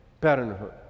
parenthood